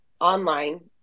online